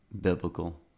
biblical